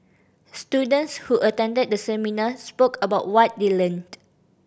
students who attended the seminar spoke about what they learned